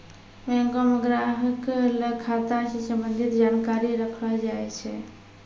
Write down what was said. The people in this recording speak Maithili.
बैंको म ग्राहक ल खाता स संबंधित जानकारी रखलो जाय छै